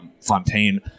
Fontaine